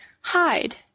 hide